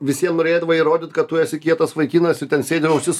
visiem norėdavai įrodyt kad tu esi kietas vaikinas ir ten sėdi ausis